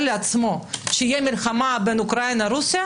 לעצמו שתהיה מלחמה בין אוקראינה לרוסיה?